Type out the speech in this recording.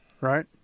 right